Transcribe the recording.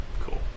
Cool